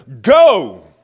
go